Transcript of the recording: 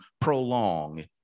prolong